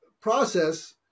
process